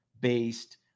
based